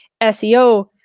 SEO